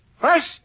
First